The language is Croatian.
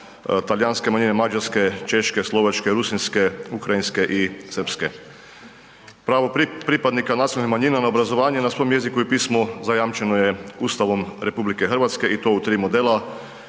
talijanske manjine, mađarske, češke, slovačke, rusinske, ukrajinske i srpske. Pravo pripadnika nacionalnih manjina na obrazovanje na svom jeziku i pismu zajamčeno je Ustavom RH i to u tri modela,